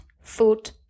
food